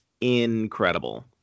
incredible